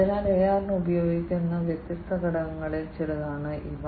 അതിനാൽ AR ന് ഉപയോഗിക്കുന്ന വ്യത്യസ്ത ഘടകങ്ങളിൽ ചിലതാണ് ഇവ